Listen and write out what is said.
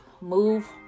Move